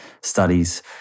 studies